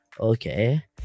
Okay